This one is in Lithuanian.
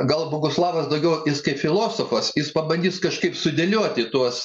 gal boguslavas daugiau apie skai filosofas jis pabandys kažkaip sudėlioti tuos